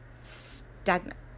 stagnant